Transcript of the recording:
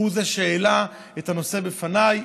הוא זה שהעלה את הנושא בפניי,